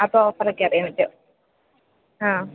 അപ്പോൾ ഓഫറൊക്കെ അറിയാൻ പറ്റും ആ